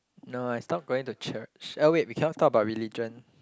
no I stop going to church uh wait we cannot talk about religion